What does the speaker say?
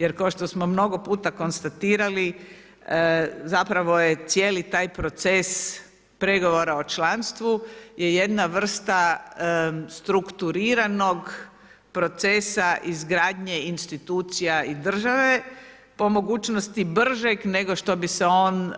Jer kao što smo mnogo puta konstatirali zapravo je cijeli taj proces pregovora o članstvu je jedna vrsta strukturiranog procesa izgradnje institucija i države po mogućnosti i bržeg nego što bi se on